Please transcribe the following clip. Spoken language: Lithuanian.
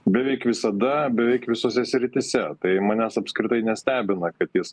beveik visada beveik visose srityse tai manęs apskritai nestebina kad jis